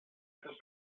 estos